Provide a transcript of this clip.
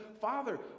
Father